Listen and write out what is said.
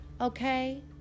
Okay